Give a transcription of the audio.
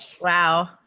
Wow